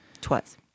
Twice